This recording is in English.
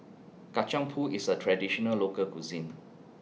Kacang Pool IS A Traditional Local Cuisine